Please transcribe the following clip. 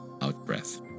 out-breath